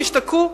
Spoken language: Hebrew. תשתקו.